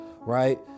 right